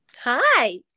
Hi